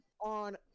on